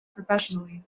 professionally